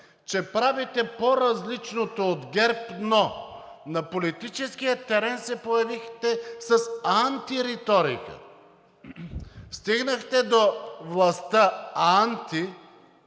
че правите по-различното от ГЕРБ, но на политическия терен се появихте с антириторика, стигнахте до властта анти…